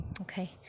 Okay